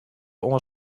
oan